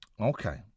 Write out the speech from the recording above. okay